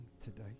today